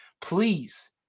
please